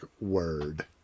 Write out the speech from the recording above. word